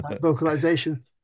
vocalization